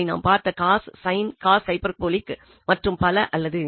அவை நாம் பார்த்த cos sin cos hyperbolic மற்றும் பல அல்லது